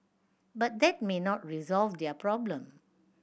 but that may not resolve their problem